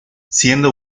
siendo